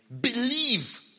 believe